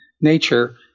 nature